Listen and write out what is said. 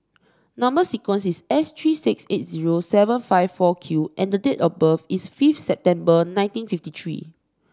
number sequence is S three six eight zero seven five four Q and date of birth is fifth September nineteen fifty three